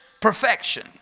perfection